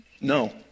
No